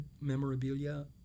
memorabilia